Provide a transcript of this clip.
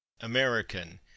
American